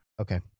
Okay